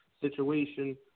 situation